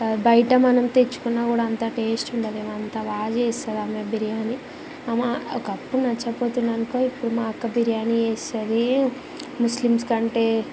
మా ఇన్ బయట మనం తెచ్చుకున్న కూడా అంత టేస్ట్ ఉండదేమో అంత బాగా చేస్తుంది ఆమె బిర్యానీ మమా ఒకప్పుడు నచ్చకపోతుందనుకో ఇప్పుడు మా అక్క బిర్యానీ చేస్తుంది ముస్లిమ్స్ కంటే